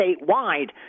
statewide